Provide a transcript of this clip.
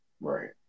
Right